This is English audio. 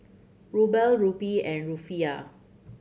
Ruble Rupee and Rufiyaa